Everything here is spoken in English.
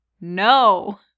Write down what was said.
no